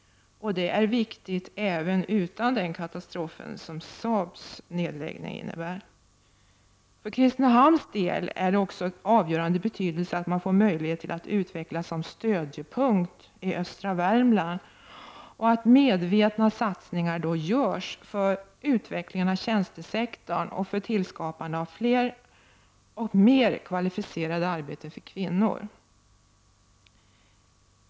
Det är viktigt även utan den katastrof som Saabs nedläggning innebär. För Kristinehamns del är det också av avgörande betydelse att man får möjlighet till att utvecklas som stödjepunkt i östra Värmland och att medvetna satsningar då görs för utvecklingen av tjänstesektorn och för tillskapande av fler och mer kvalificerade arbeten för kvinnor.